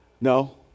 No